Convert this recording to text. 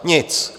Nic.